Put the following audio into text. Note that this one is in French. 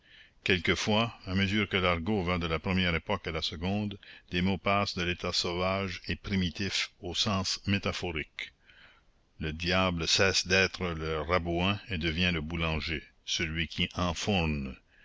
quelquefois à mesure que l'argot va de la première époque à la seconde des mots passent de l'état sauvage et primitif au sens métaphorique le diable cesse d'être le rabouin et devient le boulanger celui qui enfourne